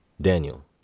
Daniel